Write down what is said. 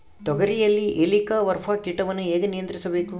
ತೋಗರಿಯಲ್ಲಿ ಹೇಲಿಕವರ್ಪ ಕೇಟವನ್ನು ಹೇಗೆ ನಿಯಂತ್ರಿಸಬೇಕು?